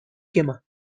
quema